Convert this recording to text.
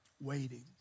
Waiting